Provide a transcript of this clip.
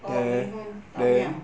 oh mee hoon tom yum